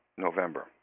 November